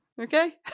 Okay